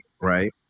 right